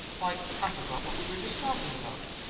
why, i forgot what we were just talking about!